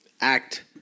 act